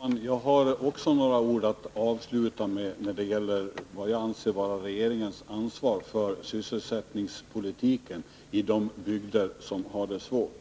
Fru talman! Jag har också några ord att säga som avslutning när det gäller vad jag anser vara regeringens ansvar för sysselsättningpolitiken i bygder som har det svårt.